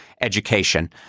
Education